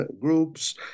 groups